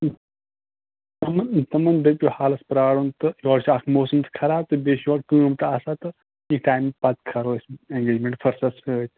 تِمَن دٔپِو حَالَس پَرٛارُن تہٕ یورٕ چھِ اَکھ چھِ مُوسَم تہِ خَراب تہٕ بیٚیہِ چھِ یورٕ کٲم تہِ آسان تہٕ یِہِ تَمہِ پَتہٕ کَرو أسۍ انگیج میٚنٹ فُرصتھ سٟتۍ